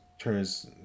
turns